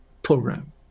program